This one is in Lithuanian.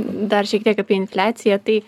dar šiek tiek apie infliaciją tai